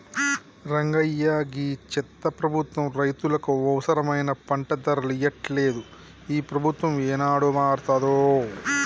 రంగయ్య గీ చెత్త ప్రభుత్వం రైతులకు అవసరమైన పంట ధరలు ఇయ్యట్లలేదు, ఈ ప్రభుత్వం ఏనాడు మారతాదో